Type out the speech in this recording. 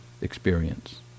experience